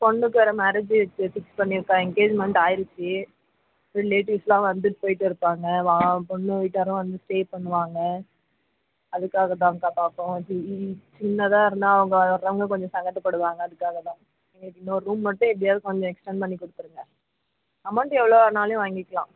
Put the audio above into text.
பொண்ணுக்கு வேறு marriage date fix பண்ணிருக்கேன் என்கேஜ்மெண்ட் ஆயிருச்சு ரிலேட்டிவ்ஸ்லாம் வந்துட்டு போயிட்டு இருப்பாங்க வா பொண்ணு வீட்டாரும் வந்து ஸ்டே பண்ணுவாங்க அதற்காக தான்க்கா பார்த்தோம் இது சின்னதாக இருந்தால் அவங்க வரவங்க கொஞ்சம் சங்கடப்படுவாங்க அதற்காகதான் எங்களுக்கு இன்னொரு ரூம் மட்டும் எப்படியாவது கொஞ்சம் எக்ஸ்டர்ன் பண்ணி கொடுத்துருங்க அமௌண்ட் எவ்வளோனாலையும் வாங்கிக்கலாம் ம் ம்